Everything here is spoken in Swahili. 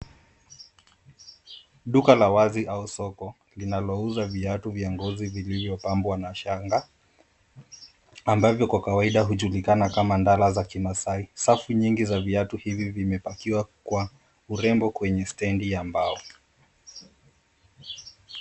Duka la wazi au soko ,linalouza viatu vya ngozi vilivyopambwa na shanga ,ambavyo kwa kawaida hujulikana kama ndala za kimasai .Safu nyingi za viatu hivi vimepakiwa kwa urembo kwenye stendi ya mbao.